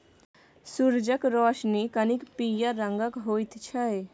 सुरजक रोशनी कनिक पीयर रंगक होइ छै